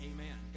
Amen